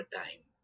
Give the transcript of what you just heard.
time